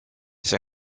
see